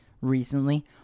recently